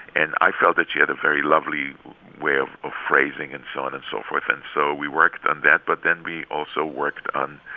and i felt that she had a very lovely way of of phrasing and so on and so forth. and so we worked on that. but then we also worked on,